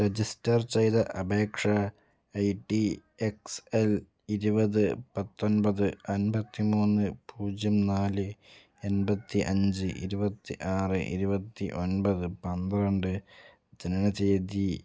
register ചെയ്ത അപേക്ഷ I T X L ഇരുപത് പത്തൊൻപത് അൻപത്തിമൂന്ന് പൂജ്യം നാല് എൺപത്തിഅഞ്ച് ഇരുപത്തിആറ് ഇരുപത്തി ഒൻപത് പന്ത്രണ്ട് ജനന തീയ്യതി